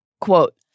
Quote